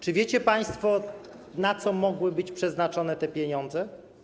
Czy wiecie państwo, na co mogły być przeznaczone te pieniądze?